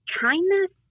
kindness